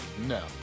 No